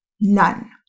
none